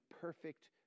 perfect